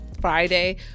Friday